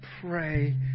pray